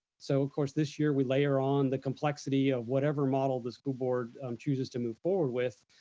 so of course, this year, we layer on the complexity of whatever model the school board chooses to move forward with,